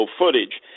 footage